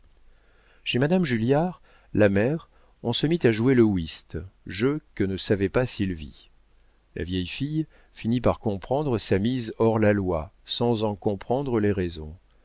chez madame julliard la mère on se mit à jouer le whist jeu que ne savait pas sylvie la vieille fille finit par comprendre sa mise hors la loi sans en comprendre les raisons